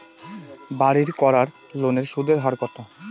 বাড়ির করার লোনের সুদের হার কত?